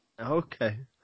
Okay